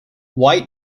white